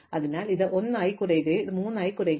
അതിനാൽ ഇത് 1 ആയി കുറയും ഇത് 3 ആയി കുറയും